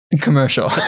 Commercial